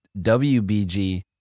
WBG